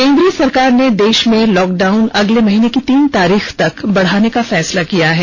केंद्र सरकार ने देश में लॉकडाउन अगले महीने की तीन तारीख तक बढ़ाने का फैसला किया है